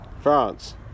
France